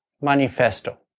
Manifesto